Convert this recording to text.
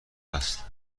هست